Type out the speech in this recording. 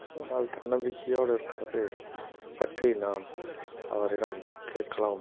அதனால் தன்னம்பிக்கையோட இருக்கிறது பற்றி நான் அவரிடம் கேட்கலாம்